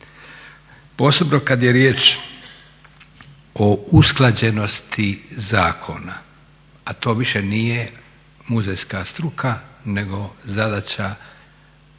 Posebno kad je riječ o usklađenosti zakona, a to više nije muzejska struka nego zadaća